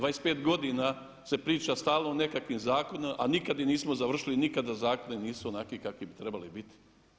25 godina se priča stalno o nekakvim zakonima, a nikada ih nismo završili nikada zakoni nisu onakvi kakvi bi trebali biti.